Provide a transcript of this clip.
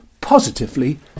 positively